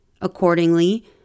Accordingly